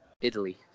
italy